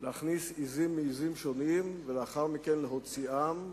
להכניס עזים מעזים שונות, ולאחר מכן להוציאן,